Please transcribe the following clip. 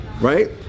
Right